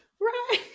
Right